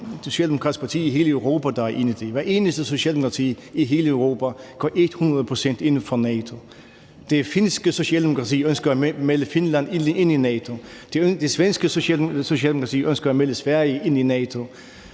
Hvert eneste socialdemokrati i hele Europa går et hundrede procent ind for NATO. Det finske socialdemokrati ønsker at melde Finland ind i NATO. Det svenske socialdemokrati ønsker at melde Sverige ind i NATO.